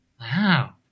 Wow